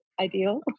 ideal